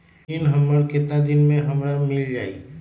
ऋण हमर केतना दिन मे हमरा मील जाई?